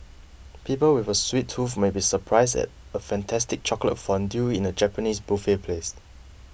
people with a sweet tooth may be surprised at a fantastic chocolate fondue in a Japanese buffet place